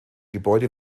gebäude